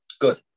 Good